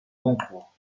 concours